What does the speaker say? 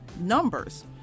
numbers